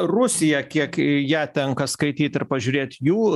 rusija kiek į ją tenka skaityt ir pažiūrėt jų